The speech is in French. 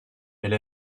elle